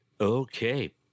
Okay